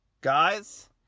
guys